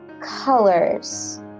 colors